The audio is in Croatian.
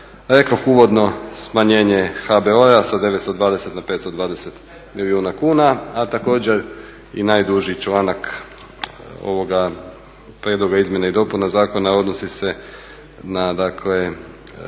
Rekoh uvodno smanjenje HBOR-a sa 920 na 520 milijuna kuna, a također i najduži članak ovoga prijedloga izmjena i dopuna zakona odnosi se na, dakle